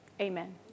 amen